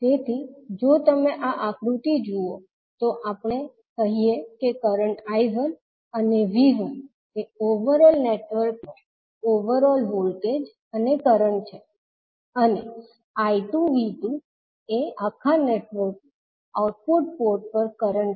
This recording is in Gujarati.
તેથી જો તમે આ આકૃતિ જુઓ તો આપણે કહીએ કે કરંટ 𝐈1 અને 𝐕1 એ ઓવરઓલ નેટવર્કનો ઓવરઓલ વોલ્ટેજ અને કરંટ છે અને I2 𝐕2 એ આખા નેટવર્કનો આઉટપુટ પોર્ટ કરંટ છે